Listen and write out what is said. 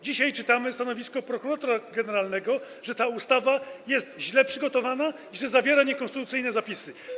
Dzisiaj czytamy stanowisko prokuratora generalnego, że ta ustawa jest źle przygotowana i że zawiera niekonstytucyjne zapisy.